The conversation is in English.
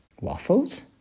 Waffles